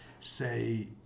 say